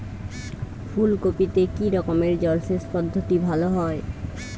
ফুলকপিতে কি রকমের জলসেচ পদ্ধতি ভালো হয়?